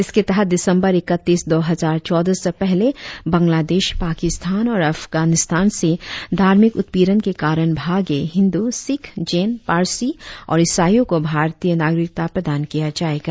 इसके तहत दिसंबर इकतीस दो हजार चौदह से पहले बंगलादेश पाकिस्तान और अफगानिस्तान से धार्मिक उत्पीड़न के कारण भागे हिन्दू सिख जैन पारसी और ईसाइयों को भारतीय नागरिकता प्रदान किया जाएगा